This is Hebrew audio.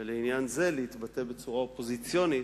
ובעניין זה להתבטא בצורה אופוזיציונית,